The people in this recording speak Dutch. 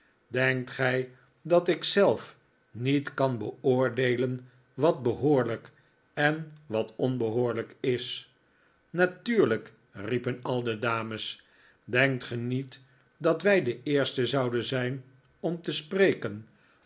denkt gij dat ik zelf niet kan beoordeelen wat behoorlijk en wat onbehoorlijk is natuurlijk riepen al de dames denkt gij niet dat wij de eersten zouden zijn om te spreken